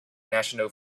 national